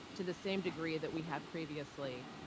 to the same degree that we have previously.